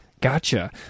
Gotcha